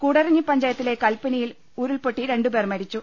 കൂടരഞ്ഞി പഞ്ചായത്തിലെ കൽപ്പനിയിൽ ഉരുൾപൊട്ടി രണ്ടുപേർ മരിച്ചു